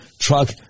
truck